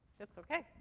that's okay.